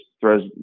throws